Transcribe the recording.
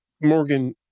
Morgan